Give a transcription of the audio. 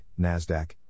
NASDAQ